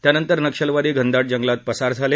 त्यानंतर नक्षलवादी घनदाट जंगलात पसार झाले